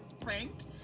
pranked